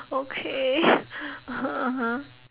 okay (uh huh) (uh huh)